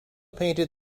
painted